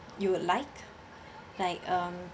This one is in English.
you would like like um